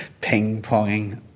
ping-ponging